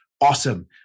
awesome